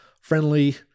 friendly